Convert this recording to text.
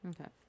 Okay